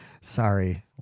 Sorry